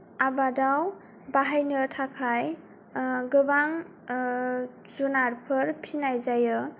आबादाव बाहायनो थाखाय गोबां जुनारफोर फिनाय जायो